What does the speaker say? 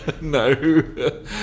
no